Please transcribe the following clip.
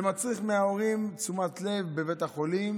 זה מצריך מההורים תשומת לב בבית החולים,